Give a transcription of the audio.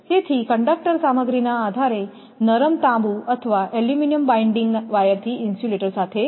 તેથી કંડક્ટર સામગ્રીના આધારે નરમ તાંબુ અથવા એલ્યુમિનિયમ બાઈન્ડિંગ વાયરથી ઇન્સ્યુલેટર સાથે જોડાયેલ છે